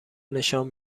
نشان